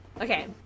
okay